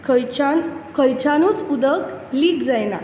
खंयच्यान खंयच्यानूच उदक लिक जायना